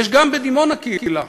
יש גם בדימונה קהילה,